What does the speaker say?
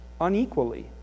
unequally